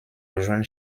rejoindre